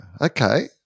Okay